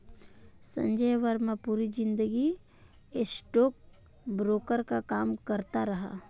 संजय वर्मा पूरी जिंदगी स्टॉकब्रोकर का काम करता रहा